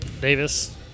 Davis